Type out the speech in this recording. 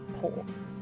pause